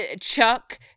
Chuck